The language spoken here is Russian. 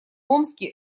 омске